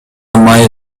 май